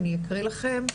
אני אקריא לכם: